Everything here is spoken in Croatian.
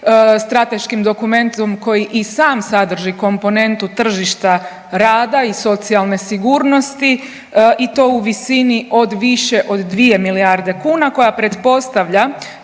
strateškim dokumentom koji sam sadrži komponentu tržišta rada i socijalne sigurnosti i ti u visini od više od 2 milijarde kuna koja pretpostavlja